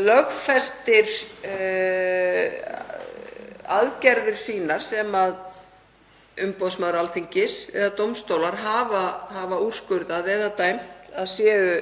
lögfestir aðgerðir sem umboðsmaður Alþingis eða dómstólar hafa úrskurðað eða dæmt að séu